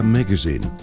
Magazine